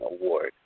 award